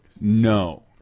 No